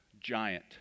giant